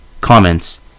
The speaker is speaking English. Comments